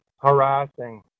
harassing